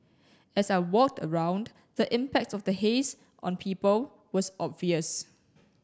as I walked around the impact of the haze on people was obvious